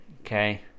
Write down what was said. Okay